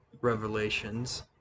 revelations